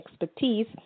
expertise